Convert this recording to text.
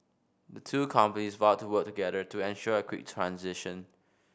the two companies vowed to work together to ensure a quick transition